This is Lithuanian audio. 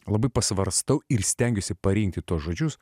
labai pasvarstau ir stengiuosi parinkti tuos žodžius